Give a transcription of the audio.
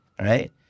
right